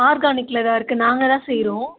ஆர்கானிக்கில் தான் இருக்குது நாங்கள் தான் செய்கிறோம்